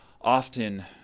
often